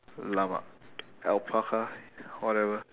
llama alpaca whatever